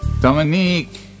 Dominique